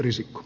kiitos